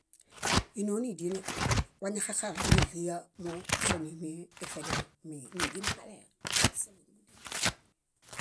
Énonidine wañaxaxarameɭia moo sónemeexedeno. Nídin bahalehe wa